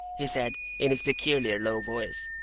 he said, in his peculiar low voice,